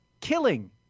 killing